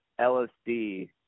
LSD